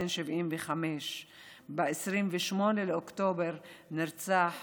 בן 75. ב-28 באוקטובר נרצח